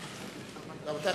להזמין את המיועד לראשות הממשלה,